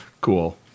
cool